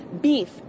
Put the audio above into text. beef